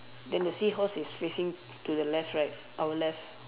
then the seahorse is facing to the left right our left